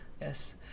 Yes